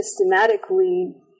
systematically